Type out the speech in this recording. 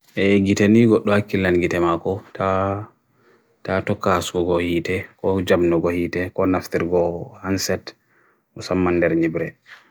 e gite nigo dwa kilan gite mako ta ta to kaas kogo ite, ko jam nogo ite, ko naftir kogo hanset usam mander nyebure.